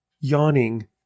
Yawning